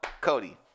Cody